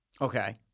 Okay